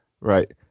Right